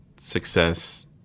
success